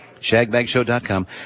Shagbagshow.com